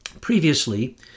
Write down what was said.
previously